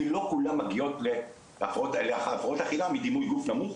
כי לא כולם מגיעות להפרעות אכילה מדימוי גוף נמוך,